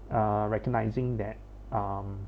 uh recognising that um